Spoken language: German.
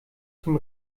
zum